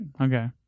Okay